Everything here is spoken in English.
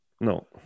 no